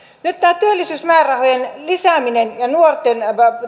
nyt tämä työllisyysmäärärahojen lisääminen ja nuoriin